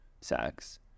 sex